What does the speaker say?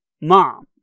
mom